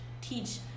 teach